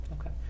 Okay